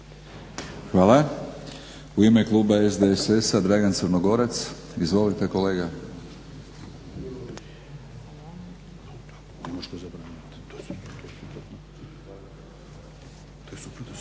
Hvala. U ime kluba SDSS-a Dragan Crnogorac. Izvolite kolega.